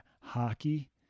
hockey